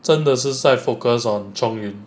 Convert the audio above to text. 真的是在 focus on chong yun